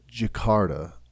Jakarta